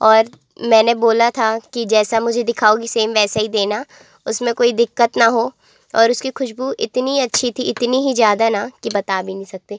और मैंने बोला था कि जैसा मुझे दिखाओगी सेम वैसा ही देना उसमें कोई दिक्कत ना हो और उसकी ख़ुशबू इतनी अच्छी थी इतनी ही जादा ना कि बता भी नहीं सकते